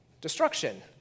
destruction